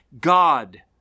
God